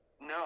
No